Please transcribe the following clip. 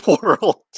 world